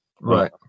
Right